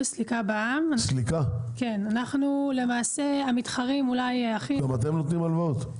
אנחנו למעשה המתחרים אולי הכי --- גם אתם נותנים הלוואות?